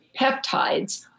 peptides